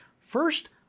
First